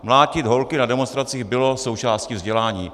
Mlátit holky na demonstracích bylo součástí vzdělání.